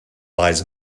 lies